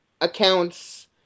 accounts